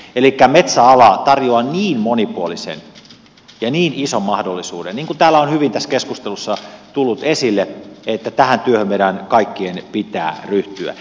elikkä metsäala tarjoaa niin monipuolisen ja niin ison mahdollisuuden niin kuin täällä on hyvin tässä keskustelussa tullut esille että tähän työhön meidän kaikkien pitää ryhtyä